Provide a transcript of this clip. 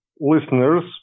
listeners